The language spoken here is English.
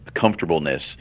comfortableness